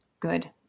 good